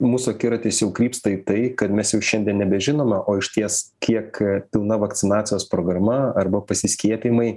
mūsų akiratis jau krypsta į tai kad mes jau šiandien nebežinome o išties kiek pilna vakcinacijos programa arba pasiskiepijimai